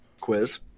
quiz